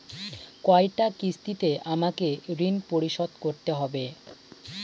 কয়টা কিস্তিতে আমাকে ঋণ পরিশোধ করতে হবে?